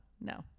no